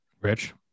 Rich